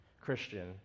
Christian